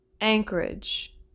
Anchorage